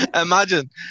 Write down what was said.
Imagine